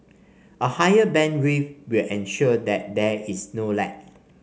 a higher bandwidth will ensure that there is no lag